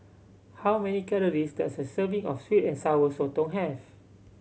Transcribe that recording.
how many calories does a serving of sweet and Sour Sotong have